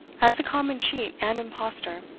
as a common cheat and impostor.